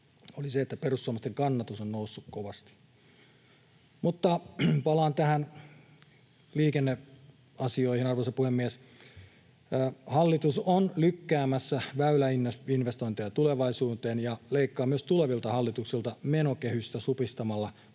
perussuomalaisten kannatus on noussut kovasti. Mutta palaan liikenneasioihin. Arvoisa puhemies! Hallitus on lykkäämässä väyläinvestointeja tulevaisuuteen ja leikkaa myös tulevilta hallituksilta supistamalla